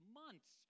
months